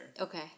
Okay